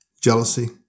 jealousy